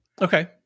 Okay